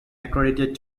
accredited